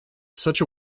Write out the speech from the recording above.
such